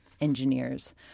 engineers